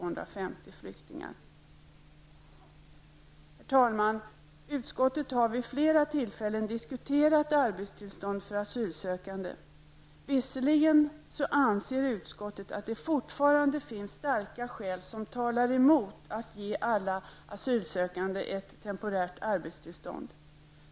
Utskottet har vid flera tillfällen diskuterat arbetstillstånd för asylsökande. Visserligen anser utskottet att det fortfarande finns starka skäl som talar mot att ge alla asylsökande ett temporärt arbetstillstånd.